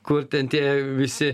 kur ten tie visi